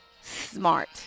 smart